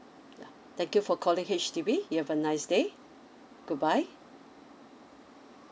yeah thank you for calling H_D_B you have a nice day goodbye